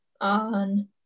on